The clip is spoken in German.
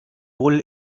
wohl